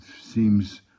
seems